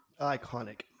iconic